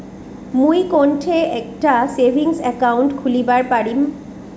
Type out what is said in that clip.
মুই কোনঠে একটা সেভিংস অ্যাকাউন্ট খুলিবার পারিম?